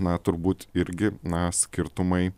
na turbūt irgi na skirtumai